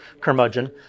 curmudgeon